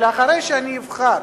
אלא אחרי שאני אבחר